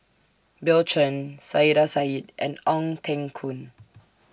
Bill Chen Saiedah Said and Ong Teng Koon